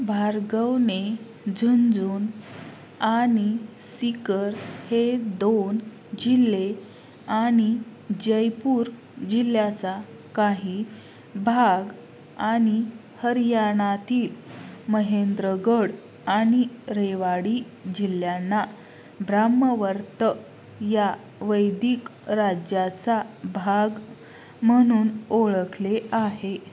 भार्गवने झुंझुनू आणि सीकर हे दोन जिल्हे आणि जयपूर जिल्ह्याचा काही भाग आणि हरियाणातील महेंद्रगड आणि रेवाडी जिल्ह्यांना ब्रह्मावर्त या वैदिक राज्याचा भाग म्हणून ओळखले आहे